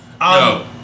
No